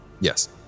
Yes